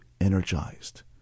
energized